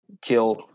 kill